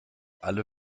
alle